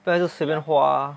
不要随便花